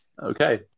okay